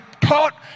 taught